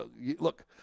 look